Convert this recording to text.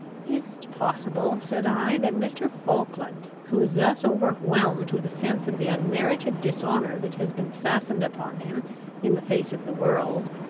is it possible, said i, that mr. falkland, who is thus overwhelmed with a sense of the unmerited dishonour that has been fastened upon him in the face of the world,